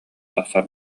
тахсар